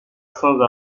sans